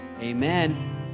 Amen